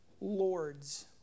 lords